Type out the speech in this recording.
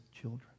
children